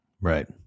Right